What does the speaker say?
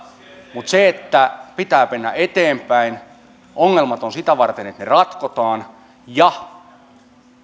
mutta pitää mennä eteenpäin ongelmat ovat sitä varten että ne ratkotaan ja